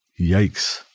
Yikes